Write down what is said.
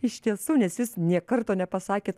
iš tiesų nes jūs nė karto nepasakėt